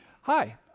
Hi